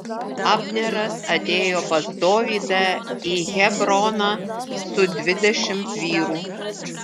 abneras atėjo pas dovydą į hebroną su dvidešimt vyrų